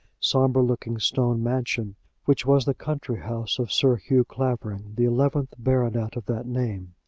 sombre-looking stone mansion which was the country-house of sir hugh clavering, the eleventh baronet of that name